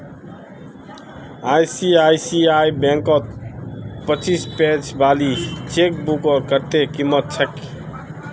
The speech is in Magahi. आई.सी.आई.सी.आई बैंकत पच्चीस पेज वाली चेकबुकेर कत्ते कीमत छेक